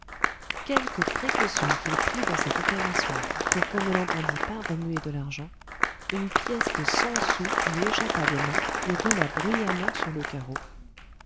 quelque précaution qu'il prit dans cette opération pour qu'on ne l'entendît pas remuer de l'argent une pièce de cent sous lui échappa des mains et roula bruyamment sur le carreau